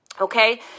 Okay